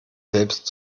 selbst